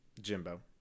Jimbo